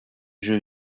jeux